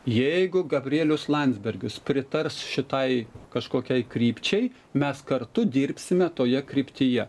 jeigu gabrielius landsbergis pritars šitai kažkokiai krypčiai mes kartu dirbsime toje kryptyje